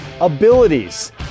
abilities